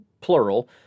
plural